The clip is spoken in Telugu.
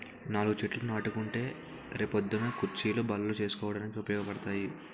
నాలుగు చెట్లు నాటుకుంటే రే పొద్దున్న కుచ్చీలు, బల్లలు చేసుకోడానికి ఉపయోగపడతాయి